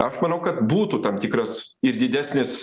aš manau kad būtų tam tikras ir didesnis